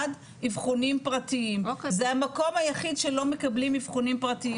כאלה שנחשבים מאבחנים מוכרים לתלמידי על-תיכוני.